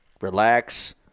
relax